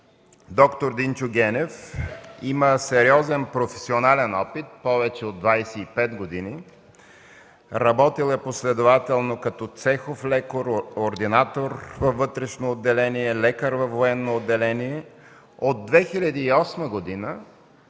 Доктор Динчо Генев има сериозен професионален опит повече от 25 години. Работил е последователно като цехов лекар, ординатор във вътрешно отделение, лекар във военно отделение. От 2008 г.